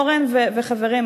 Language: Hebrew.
אורן וחברים,